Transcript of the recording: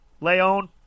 Leon